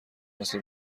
مثل